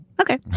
Okay